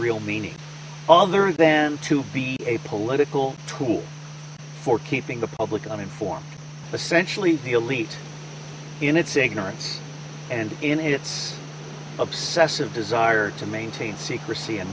real meaning other than to be a political tool for keeping the public uninformed essentially the elite in its ignorance and in its obsessive desire to maintain secrecy and